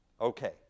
Okay